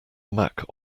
mac